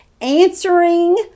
answering